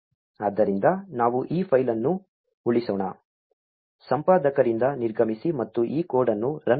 ಆದ್ದರಿಂದ ನಾವು ಈ ಫೈಲ್ ಅನ್ನು ಉಳಿಸೋಣ ಸಂಪಾದಕದಿಂದ ನಿರ್ಗಮಿಸಿ ಮತ್ತು ಈ ಕೋಡ್ ಅನ್ನು ರನ್ ಮಾಡೋಣ